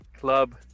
club